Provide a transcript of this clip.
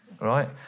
right